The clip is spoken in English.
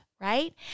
right